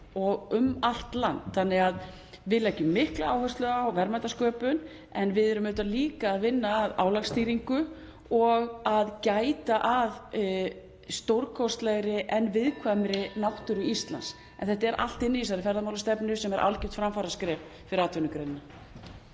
um allt land. Við leggjum því mikla áherslu á verðmætasköpun, en við erum auðvitað líka að vinna að álagsstýringu og að gæta að stórkostlegri en viðkvæmri náttúru Íslands. (Forseti hringir.) Þetta er allt inni í þessari ferðamálastefnu sem er algjört framfaraskref fyrir atvinnugreinina.